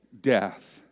death